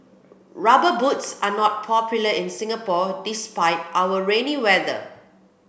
rubber boots are not popular in Singapore despite our rainy weather